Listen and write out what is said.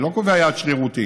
אני לא קובע יעד שרירותי.